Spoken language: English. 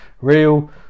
real